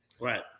Right